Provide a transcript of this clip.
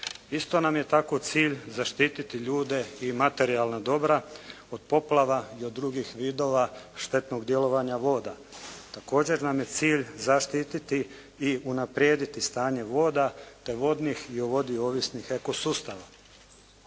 Isto nam je tako cilj zaštititi ljude i materijalna dobra od poplava i od drugih vidova štetnog djelovanja voda. Također nam je cilj zaštiti i unaprijediti stanje voda te vodnih i o vodi ovisnih eko sustava.